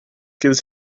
gives